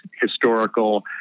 historical